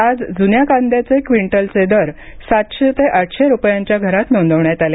आज जुन्या कांद्याचे क्विंटलचे दर सातशे ते आठशे रुपयांच्या घरात नोंदवण्यात आले